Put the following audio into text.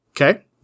Okay